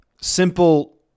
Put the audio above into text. simple